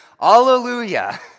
hallelujah